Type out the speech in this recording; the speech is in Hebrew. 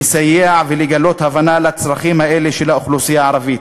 לסייע ולגלות הבנה לצרכים האלה של האוכלוסייה הערבית,